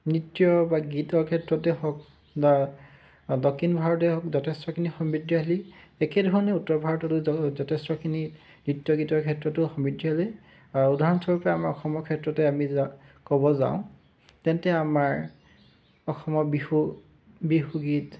নৃত্য বা গীতৰ ক্ষেত্ৰতে হওক বা দক্ষিণ ভাৰতীয় যথেষ্টখিনি সমৃদ্ধিশালী একেধৰণে উত্তৰ ভাৰততো যথেষ্টখিনি নৃত্য গীতৰ ক্ষেত্ৰতো সমৃদ্ধিশালী উদাহৰণস্বৰূপে আমাৰ অসমৰ ক্ষেত্ৰতে আমি ক'ব যাওঁ তেন্তে আমাৰ অসমৰ বিহু বিহু গীত